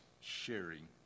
sharing